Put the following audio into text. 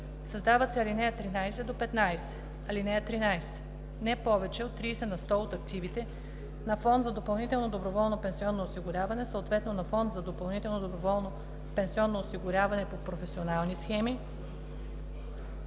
Създават се ал. 13-15: „(13) Не повече от 30 на сто от активите на фонд за допълнително доброволно пенсионно осигуряване, съответно на фонд за допълнително доброволно пенсионно осигуряване по професионални схеми,